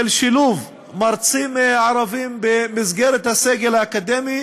שהם שילוב מרצים ערבים במסגרת הסגל האקדמי